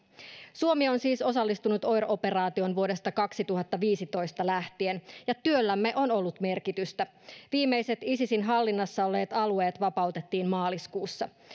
suomi on siis osallistunut oir operaatioon vuodesta kaksituhattaviisitoista lähtien ja työllämme on ollut merkitystä viimeiset isisin hallinnassa olleet alueet vapautettiin maaliskuussa